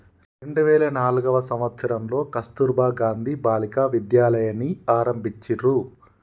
రెండు వేల నాల్గవ సంవచ్చరంలో కస్తుర్బా గాంధీ బాలికా విద్యాలయని ఆరంభించిర్రు